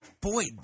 Boy